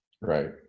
Right